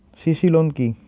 CC loan কি?